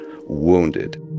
wounded